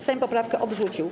Sejm poprawkę odrzucił.